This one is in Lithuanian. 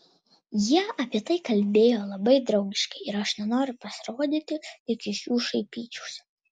jie apie tai kalbėjo labai draugiškai ir aš nenoriu pasirodyti lyg iš jų šaipyčiausi